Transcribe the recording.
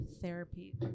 therapy